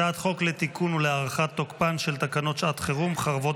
הצעת חוק לתיקון ולהארכת תוקפן של תקנות שעת חירום (חרבות